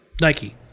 Nike